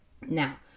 Now